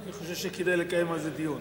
אני חושב שכדאי לקיים על זה דיון.